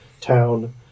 town